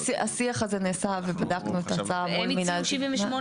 השיח הזה נעשה ובדקנו את ההצעה מול המינהל.